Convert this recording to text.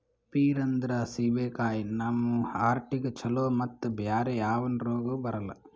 peer ಅಂದ್ರ ಸೀಬೆಕಾಯಿ ನಮ್ ಹಾರ್ಟಿಗ್ ಛಲೋ ಮತ್ತ್ ಬ್ಯಾರೆ ಯಾವನು ರೋಗ್ ಬರಲ್ಲ್